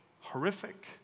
horrific